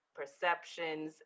perceptions